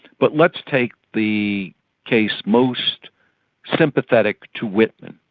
but let's take the case most sympathetic to whitman.